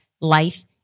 life